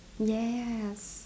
yes